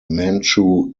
manchu